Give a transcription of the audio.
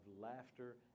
laughter